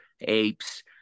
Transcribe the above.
apes